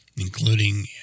Including